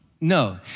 no